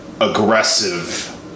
aggressive